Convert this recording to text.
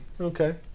Okay